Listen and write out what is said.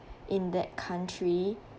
in that country